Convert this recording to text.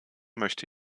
möchte